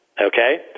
okay